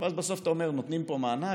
ואז בסוף אתה אומר שנותנים פה מענק,